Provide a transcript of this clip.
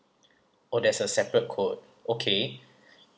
oh that's a separate quote okay